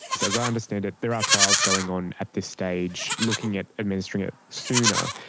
so as i understand it, there are trials going on at this stage looking at administering it sooner.